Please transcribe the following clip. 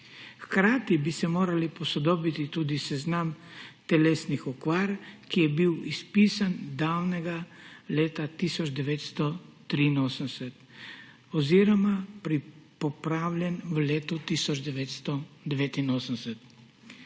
Hkrati bi se moral posodobiti tudi seznam telesnih okvar, ki je bil izpisan davnega leta 1983 oziroma popravljen v letu 1989.